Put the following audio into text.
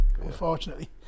Unfortunately